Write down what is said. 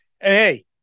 hey